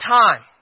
time